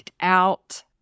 out